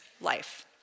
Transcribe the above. life